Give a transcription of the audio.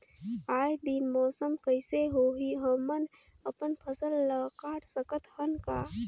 आय दिन मौसम कइसे होही, हमन अपन फसल ल काट सकत हन का?